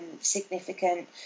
significant